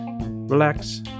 relax